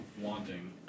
wanting